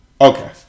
Okay